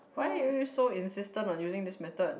why are you so insistent on using this method